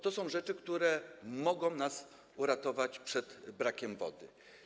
To są rzeczy, które mogą nas uratować przed brakiem wody.